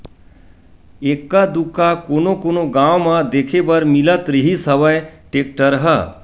एक्का दूक्का कोनो कोनो गाँव म देखे बर मिलत रिहिस हवय टेक्टर ह